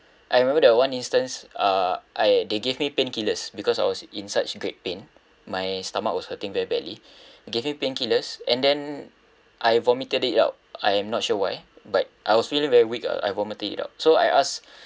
I remember there were one instance uh I they gave me painkillers because I was in such great pain my stomach was hurting very badly gave me painkillers and then I vomited it out I am not sure why but I was feeling very weak ah I vomited it out so I asked